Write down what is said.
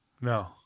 No